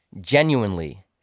genuinely